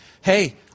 hey